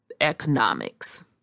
Economics